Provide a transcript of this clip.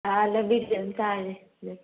ꯑꯥ ꯑꯥ ꯂꯝꯕꯤꯗꯒꯤ ꯑꯗꯨꯝ ꯆꯥꯔꯁꯦ ꯎꯝ